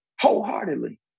Wholeheartedly